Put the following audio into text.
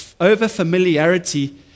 over-familiarity